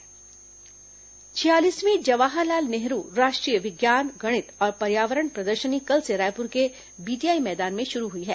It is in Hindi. राष्ट्रीय प्रदर्शनी छियालीसवीं जवाहरलाल नेहरू राष्ट्रीय विज्ञान गणित और पर्यावरण प्रदर्शनी कल से रायपुर के बीटीआई मैदान में शुरू हुई है